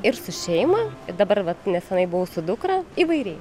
ir su šeima dabar vat nesenai buvau su dukra įvairiai